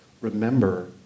remember